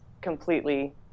completely